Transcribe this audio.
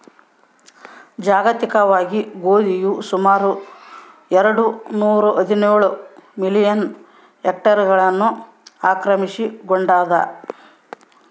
ಜಾಗತಿಕವಾಗಿ ಗೋಧಿಯು ಸುಮಾರು ಎರೆಡು ನೂರಾಹದಿನೇಳು ಮಿಲಿಯನ್ ಹೆಕ್ಟೇರ್ಗಳನ್ನು ಆಕ್ರಮಿಸಿಕೊಂಡಾದ